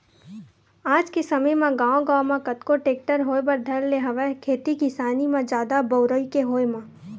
आज के समे म गांव गांव म कतको टेक्टर होय बर धर ले हवय खेती किसानी म जादा बउरई के होय म